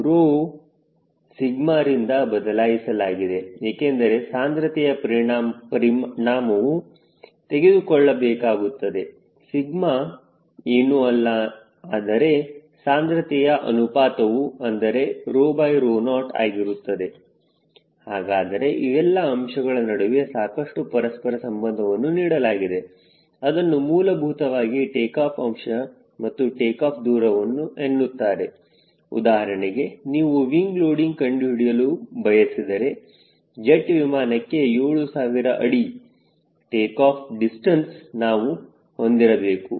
𝜌 𝜎ರಿಂದ ಬದಲಾಯಿಸಲಾಗಿದೆ ಏಕೆಂದರೆ ಸಾಂದ್ರತೆಯ ಪರಿಣಾಮವು ತೆಗೆದುಕೊಳ್ಳಬೇಕಾಗುತ್ತದೆ ಸಿಗ್ಮ ಏನು ಅಲ್ಲ ಆದರೆ ಸಾಂದ್ರತೆಯ ಅನುಪಾತವು ಅಂದರೆ 0 ಆಗಿರುತ್ತದೆ ಹಾಗಾದರೆ ಇವೆಲ್ಲ ಅಂಶಗಳ ನಡುವೆ ಸಾಕಷ್ಟು ಪರಸ್ಪರ ಸಂಬಂಧವನ್ನು ನೀಡಲಾಗಿದೆ ಅದನ್ನು ಮೂಲಭೂತವಾಗಿ ಟೇಕಾಫ್ ಅಂಶ ಮತ್ತು ಟೇಕಾಫ್ ದೂರವು ಎನ್ನುತ್ತಾರೆ ಉದಾಹರಣೆಗೆ ನೀವು ವಿಂಗ್ ಲೋಡಿಂಗ್ ಕಂಡುಹಿಡಿಯಲು ಬಯಸಿದರೆ ಜೆಟ್ ವಿಮಾನಕ್ಕೆ 7000 ಅಡಿ ಟೇಕಾಫ್ ಡಿಸ್ಟೆನ್ಸ್ ದೂರ ನಾವು ಹೊಂದಿರಬೇಕು